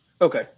Okay